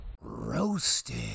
Roasted